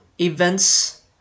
events